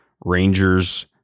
Rangers